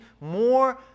more